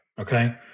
okay